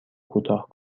کوتاه